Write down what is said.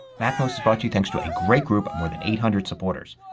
macmost is brought to you thanks to a great group of more than eight hundred supporters.